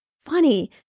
funny